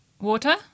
Water